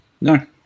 No